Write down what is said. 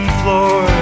floor